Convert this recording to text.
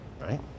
right